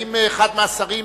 האם אחד מהשרים,